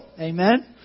Amen